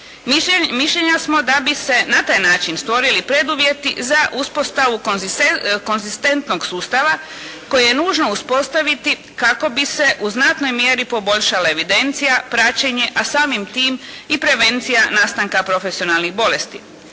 Mišljenja smo da bi se na taj način stvorili preduvjeti za uspostavu konzistentnog sustava koje je nužno uspostaviti kako bi se u znatnoj mjeri poboljšale evidencija, praćenje, a samim tim i prevencija nastanka profesionalnih bolesti,